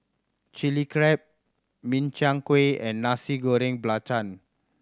Chilli Crab Min Chiang Kueh and Nasi Goreng Belacan